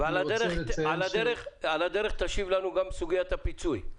ועל הדרך תשיב לנו גם בסוגיית הפיצוי,